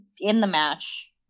in-the-match